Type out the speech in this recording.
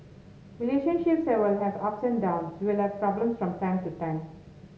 relationships will have ups and downs we will have problems from time to time